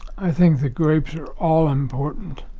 i think the grapes are all-important.